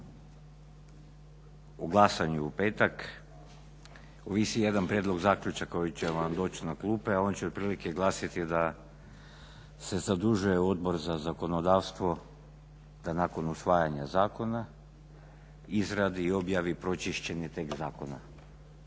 glasanju u petak ovisi jedan prijedlog zaključka koji će vam doći na klupe, a on će otprilike glasiti da se zadužuje Odbor za zakonodavstvo da nakon usvajanja zakona izradi i objavi pročišćeni tekst zakona